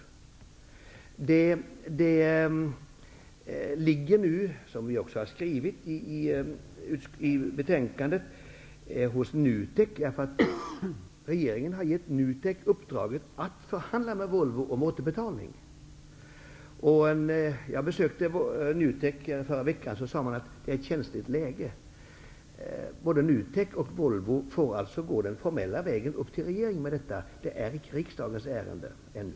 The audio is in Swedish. Ärendet ligger nu, som vi också har skrivit i betänkandet, hos NUTEK eftersom regeringen har givit NUTEK i uppdrag att förhandla med Volvo om återbetalning. När jag besökte NUTEK förra veckan sade man att det är ett känsligt läge. Både NUTEK och Volvo får alltså gå den formella vägen till regeringen med detta. Det är icke riksdagens ärende ännu.